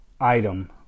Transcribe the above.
item